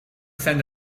send